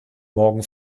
morgen